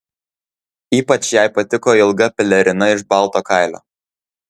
ypač jai patiko ilga pelerina iš balto kailio